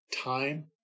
time